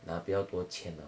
拿比较多钱啊